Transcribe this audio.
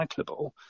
recyclable